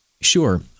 Sure